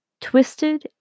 Twisted